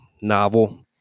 novel